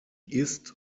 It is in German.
ist